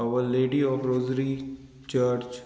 our lady of rosary church